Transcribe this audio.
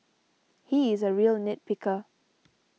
he is a real nit picker